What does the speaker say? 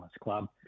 club